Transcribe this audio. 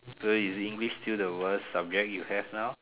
so is English still the worse subject you have now